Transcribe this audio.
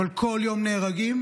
אבל כל יום נהרגים,